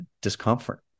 discomfort